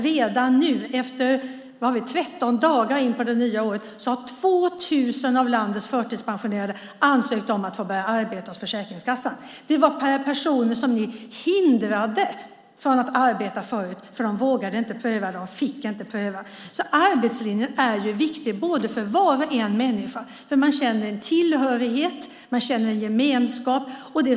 Redan i dag, 13 dagar in på det nya året, har 2 000 av landets förtidspensionerade ansökt hos Försäkringskassan om att få börja arbeta. Det är personer som ni förut hindrade från att arbeta. De vågade inte pröva, och de fick inte pröva. Arbetslinjen är alltså viktig för varje människa eftersom man genom arbetet känner tillhörighet och en gemenskap.